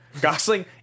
Gosling